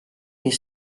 mis